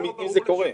אם זה קורה.